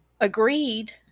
agreed